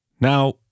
Now